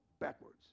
backwards